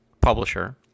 publisher